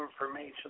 information